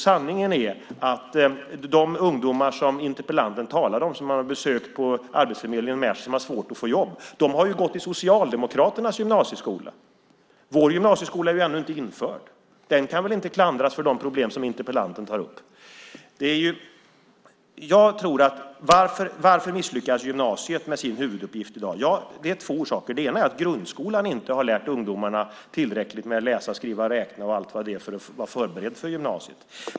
Sanningen är att de ungdomar som interpellanten talar om, som hon hade besökt på Arbetsförmedlingen i Märsta, som hade svårt att få jobb, har gått i Socialdemokraternas gymnasieskola. Vår gymnasieskola är ännu inte införd. Den kan väl inte klandras för de problem som interpellanten tar upp. Varför misslyckas gymnasiet med sin huvuduppgift i dag? Det finns två orsaker. Den ena är att grundskolan inte har lärt ungdomarna tillräckligt - läsa, skriva, räkna och allt vad det är - för att de ska vara förberedda för gymnasiet.